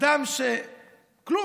אדם שכלום,